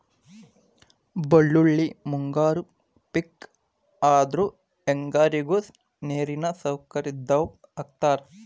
ಬಳ್ಳೋಳ್ಳಿ ಮುಂಗಾರಿ ಪಿಕ್ ಆದ್ರು ಹೆಂಗಾರಿಗು ನೇರಿನ ಸೌಕರ್ಯ ಇದ್ದಾವ್ರು ಹಾಕತಾರ